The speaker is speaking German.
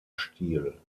stil